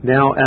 Now